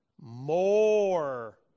more